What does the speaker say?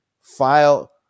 file